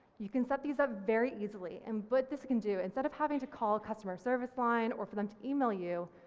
you can set these up very easily and what but this can do instead of having to call customer service line or for them to email you,